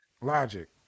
Logic